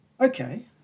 Okay